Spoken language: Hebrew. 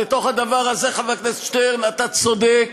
לתוך הדבר הזה, חבר הכנסת שטרן, אתה צודק,